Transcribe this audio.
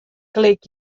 klik